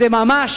זה ממש